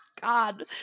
God